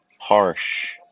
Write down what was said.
Harsh